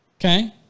Okay